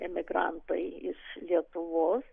emigrantai iš lietuvos